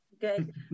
good